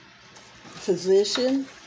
physician